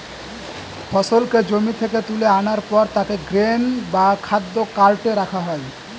ফসলকে জমি থেকে তুলে আনার পর তাকে গ্রেন বা খাদ্য কার্টে রাখা হয়